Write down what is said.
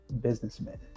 businessmen